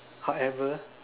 however